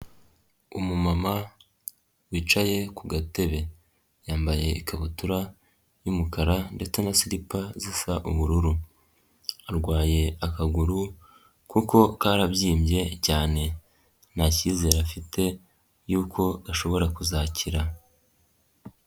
Umumama wicaye ku gatebe, yambaye ikabutura y'umukara ndetse na silipa zisa ubururu, arwaye akaguru kuko karabyimbye cyane, nta cyizere afite y'uko gashobora kuzakira.